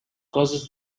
causes